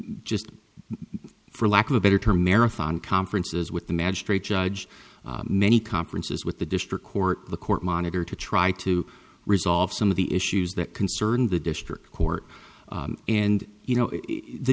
just for lack of a better term marathon conferences with the magistrate judge many conferences with the district court the court monitor to try to resolve some of the issues that concern the district court and you know the